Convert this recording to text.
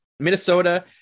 Minnesota